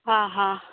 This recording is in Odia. ହଁ ହଁ